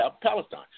Palestine